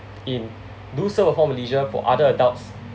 in do serve of form leisure for other adults